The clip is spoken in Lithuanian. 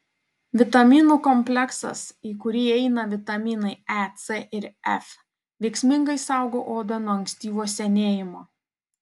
vitaminų kompleksas į kurį įeina vitaminai e c ir f veiksmingai saugo odą nuo ankstyvo senėjimo